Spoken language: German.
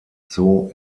zoo